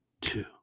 two